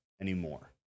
anymore